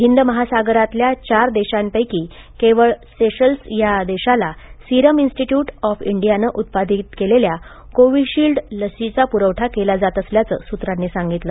हिंद महासागरातल्या चार देशांपैकी केवळ सेशल्स या देशाला सीरम इंस्टिट्यूट ऑफ इंडियाने उत्पादित केलेल्या कोव्हीशिल्ड लशीचा पुरवठा केला जात असल्याचे सूत्रांनी सांगितले